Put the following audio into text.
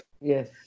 Yes